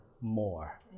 more